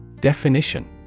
Definition